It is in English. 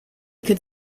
could